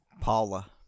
Paula